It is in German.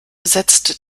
setzt